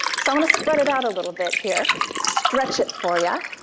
so i'm going to spread it out a little bit here, stretch it for yeah